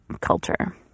culture